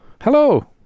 Hello